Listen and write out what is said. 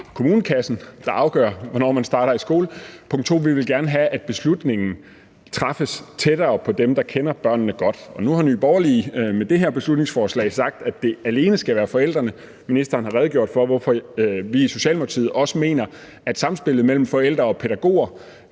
kommunekassen, der afgør, hvornår man starter i skolen, og at vi som punkt 2 gerne vil have, at beslutningen træffes tættere på dem, der kender børnene godt. Nu har Nye Borgerlige med det her beslutningsforslag sagt, at det alene skal være forældrene. Ministeren har redegjort for, hvorfor regeringen også mener, at samspillet mellem forældre og pædagoger